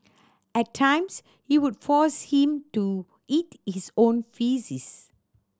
at times he would force him to eat his own faeces